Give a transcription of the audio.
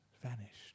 vanished